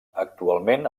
actualment